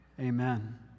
amen